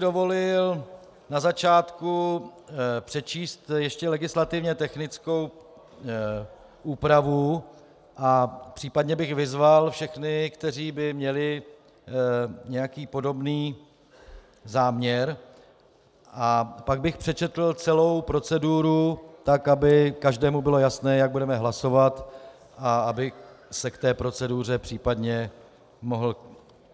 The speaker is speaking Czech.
Dovolil bych si na začátku přečíst ještě legislativně technickou úpravu a případně bych vyzval všechny, kteří by měli nějaký podobný záměr, a pak bych přečetl celou proceduru tak, aby každému bylo jasné, jak budeme hlasovat, a aby se k té proceduře případně mohl